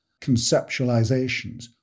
conceptualizations